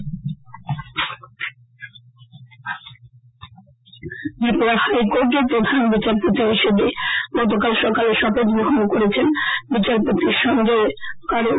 মুখ্য বিচারপতি ত্রিপুরা হাইকোর্টের প্রধান বিচারপতি হিসেবে গতকাল সকালে শপথ গ্রহণ করেছেন বিচারপতি সঞ্চয় কারোল